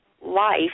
life